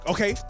Okay